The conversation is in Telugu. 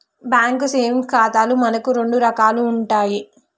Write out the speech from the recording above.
బ్యాంకు సేవింగ్స్ ఖాతాలు మనకు రెండు రకాలు ఉంటాయి